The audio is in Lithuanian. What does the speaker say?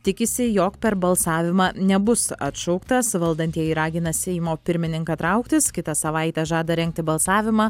tikisi jog per balsavimą nebus atšauktas valdantieji ragina seimo pirmininką trauktis kitą savaitę žada rengti balsavimą